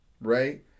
right